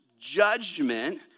judgment